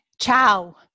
Ciao